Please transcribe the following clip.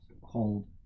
called